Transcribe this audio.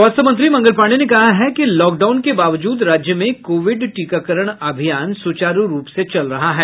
स्वास्थ्य मंत्री मंगल पांडेय ने कहा है कि लॉकडाउन के बावजूद राज्य में कोविड टीकाकरण अभियान सुचारू रूप से चल रहा है